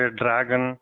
dragon